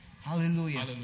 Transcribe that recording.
hallelujah